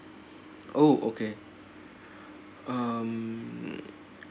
oh okay um